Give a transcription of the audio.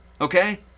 okay